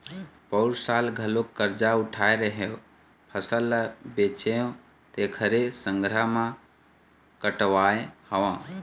पउर साल घलोक करजा उठाय रेहेंव, फसल ल बेचेंव तेखरे संघरा म कटवाय हँव